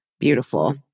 Beautiful